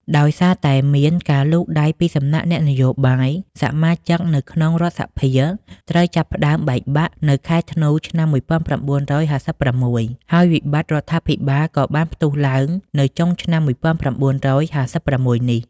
ដោយសារតែមានការលូកដៃពីសំណាក់អ្នកនយោបាយ សមាជិកនៅក្នុងរដ្ឋសភាត្រូវចាប់ផ្ដើមបែកបាក់នៅខែធ្នូ ឆ្នាំ ១៩៥៦ ហើយវិបត្តិរដ្ឋាភិបាលក៏បានផ្ទុះឡើងនៅចុងឆ្នាំ ១៩៥៦ នេះ។